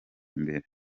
mbere